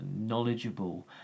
knowledgeable